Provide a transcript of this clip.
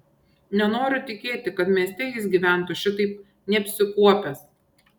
nenoriu tikėti kad mieste jis gyventų šitaip neapsikuopęs